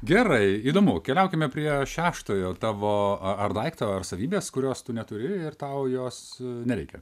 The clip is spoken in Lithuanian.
gerai įdomu keliaukime prie šeštojo tavo ar daikto ar savybės kurios tu neturi ir tau jos nereikia